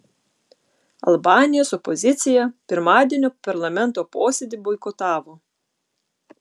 albanijos opozicija pirmadienio parlamento posėdį boikotavo